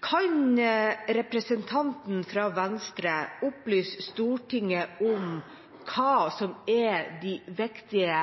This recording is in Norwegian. Kan representanten fra Venstre opplyse Stortinget om hva som er de viktige